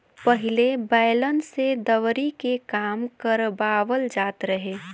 पहिले बैलन से दवरी के काम करवाबल जात रहे